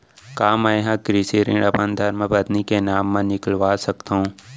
का मैं ह कृषि ऋण अपन धर्मपत्नी के नाम मा निकलवा सकथो?